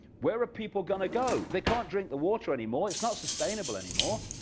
where are people gonna go? they cannot drink the water anymore, it's not sustainable anymore,